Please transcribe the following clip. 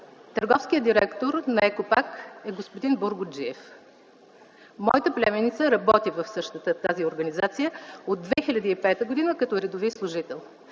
Търговският директор на „Екопак” е господин Бургуджиев. Моята племенница работи в същата тази организация от 2005 г. като редови служител